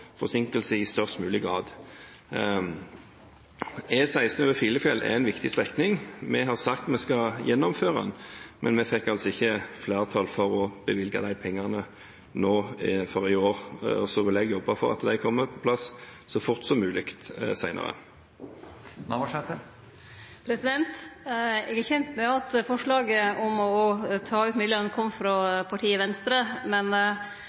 forsinkelser i størst mulig grad. E16 over Filefjell er en viktig strekning. Vi har sagt vi skal gjennomføre den, men vi fikk altså ikke flertall for å bevilge de pengene nå i år. Jeg vil jobbe for at de kommer på plass så fort som mulig senere. Eg er kjend med at forslaget om å ta ut midlane kom frå partiet Venstre, men